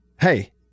Hey